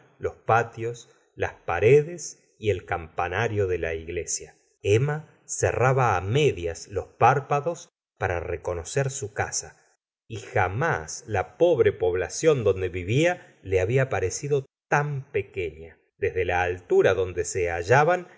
los patios las paredes y el campanario de la iglesia emma cerraba medias los párpados para reconocer su casa y jamás la pobre población donde vivía le había parecido tan pequefia desde la altura donde se hallaban